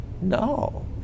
No